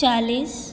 चालीस